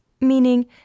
meaning